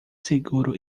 seguro